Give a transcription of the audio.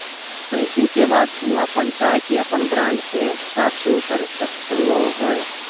packing के बाद तू अपन चाय के अपन ब्रांड के साथ शुरू कर सक्ल्हो हें